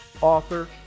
author